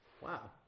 Wow